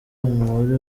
umubare